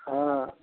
हॅं